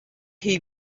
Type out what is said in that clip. hie